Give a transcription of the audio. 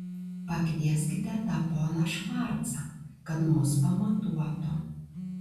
pakvieskite tą poną švarcą kad mus pamatuotų